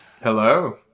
Hello